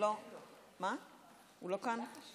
הוא לא כאן.